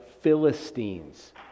Philistines